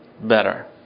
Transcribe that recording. better